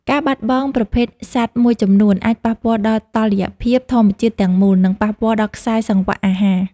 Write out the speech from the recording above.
ការបាត់បង់ប្រភេទសត្វមួយចំនួន អាចប៉ះពាល់ដល់តុល្យភាពធម្មជាតិទាំងមូល និងប៉ះពាល់ដល់ខ្សែសង្វាក់អាហារ។